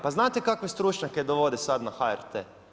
Pa znate kakve stručnjake dovode sad na HRT?